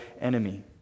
enemy